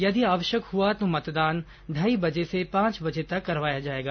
यदि आवश्यक हआ तो मतदान ढाई बजे से पांच बजे तक करवाया जाएगा